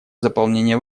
заполнения